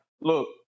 look